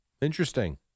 Interesting